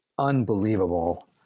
unbelievable